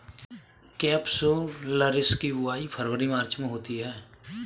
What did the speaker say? capsularis की बुवाई फरवरी मार्च में होती है